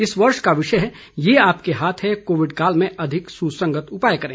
इस वर्ष का विषय है ये आपके हाथ है कोविड काल में अधिक सुसंगत उपाय करें